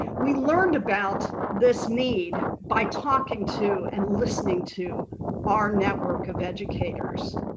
we learned about this need by talking to and listening to our network of educators.